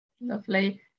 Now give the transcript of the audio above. Lovely